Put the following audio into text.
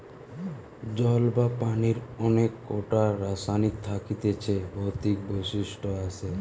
জল বা পানির অনেক কোটা রাসায়নিক থাকতিছে ভৌতিক বৈশিষ্ট আসে